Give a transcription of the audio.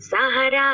Sahara